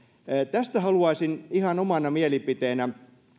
tästä haluaisin ihan omana mielipiteenä